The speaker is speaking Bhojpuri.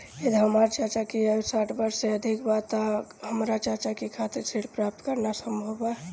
यदि हमार चाचा के आयु साठ वर्ष से अधिक बा त का हमार चाचा के खातिर ऋण प्राप्त करना संभव बा?